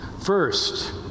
First